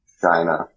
China